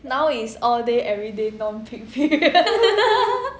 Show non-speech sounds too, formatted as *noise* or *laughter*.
now is all day every day non peak period *laughs*